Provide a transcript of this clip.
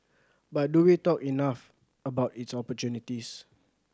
but do we talk enough about its opportunities